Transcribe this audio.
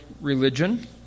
religion